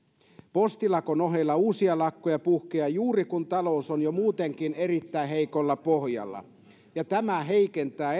postilakon ohella uusia lakkoja puhkeaa juuri kun talous on jo muutenkin erittäin heikolla pohjalla ja tämä heikentää